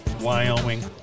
Wyoming